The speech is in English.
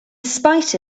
spite